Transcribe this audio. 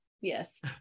Yes